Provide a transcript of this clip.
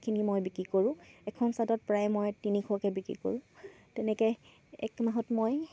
খিনি মই বিক্ৰী কৰোঁ এখন চাদৰত প্ৰায় মই তিনিশকৈ বিক্ৰী কৰোঁ তেনেকৈ এক মাহত মই